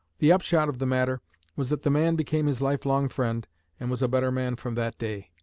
the upshot of the matter was that the man became his life-long friend and was a better man from that day.